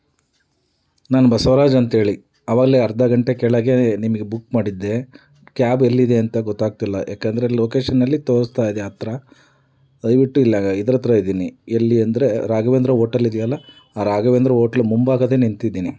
ನಾನು ಬಸವರಾಜ್ ಅಂತ್ಹೇಳಿ ಆವಾಗ್ಲೇ ಅರ್ಧ ಗಂಟೆ ಕೆಳಗೆ ನಿಮಗೆ ಬುಕ್ ಮಾಡಿದ್ದೆ ಕ್ಯಾಬ್ ಎಲ್ಲಿದೆ ಅಂತ ಗೊತ್ತಾಗ್ತಿಲ್ಲ ಯಾಕೆಂದ್ರೆ ಲೊಕೇಶನಲ್ಲಿ ತೋರಿಸ್ತಾ ಇದೆ ಹತ್ರ ದಯವಿಟ್ಟು ಇಲ್ಲಿ ಇದ್ರ ಹತ್ರ ಇದ್ದೀನಿ ಎಲ್ಲಿ ಅಂದರೆ ರಾಘವೇಂದ್ರ ಓಟಲ್ ಇದ್ಯಲ್ಲಾ ಆ ರಾಘವೇಂದ್ರ ಓಟ್ಲ್ ಮುಂಭಾಗ ನಿಂತಿದ್ದೀನಿ